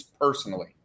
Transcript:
personally